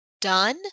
done